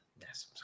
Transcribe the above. yes